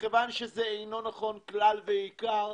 מכיוון שזה לא נכון כלל ועיקר,